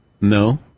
No